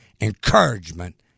encouragement